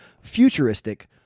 futuristic